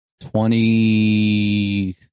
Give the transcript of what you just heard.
Twenty